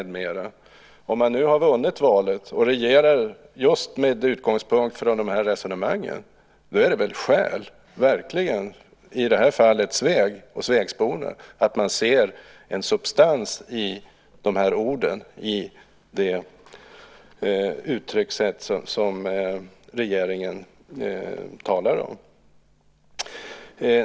Om man nu har vunnit valet och regerar just med utgångspunkt från de här resonemangen så är det väl verkligen skäl, i det här fallet beträffande Sveg och svegborna, att se en substans i de här orden och i det uttryckssätt som regeringen har.